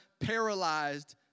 paralyzed